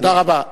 תודה רבה.